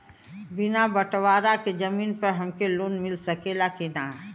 बिना बटवारा के जमीन पर हमके लोन मिल सकेला की ना?